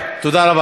אני אומר לך,